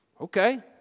Okay